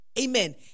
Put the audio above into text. Amen